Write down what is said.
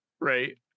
Right